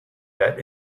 that